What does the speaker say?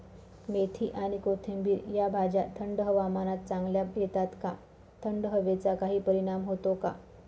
मेथी आणि कोथिंबिर या भाज्या थंड हवामानात चांगल्या येतात का? थंड हवेचा काही परिणाम होतो का?